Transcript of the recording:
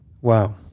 Wow